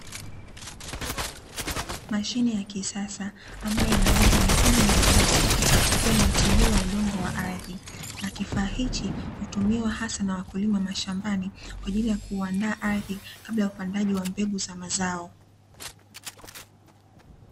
Mashine ya kisasa ambayo ina rangi nyekundu na nyeusi, ikiwa inatibua udongo wa ardhi na kifaa hichi hutumiwa hasa na wakulima mashambani, kwa ajili ya kuandaa ardhi kabla ya upandaji wa mbegu za mazao.